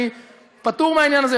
אני פטור מהעניין הזה,